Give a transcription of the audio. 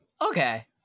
Okay